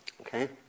Okay